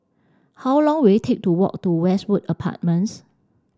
how long will it take to walk to Westwood Apartments